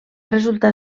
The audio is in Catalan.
resultar